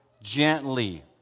gently